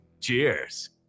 Cheers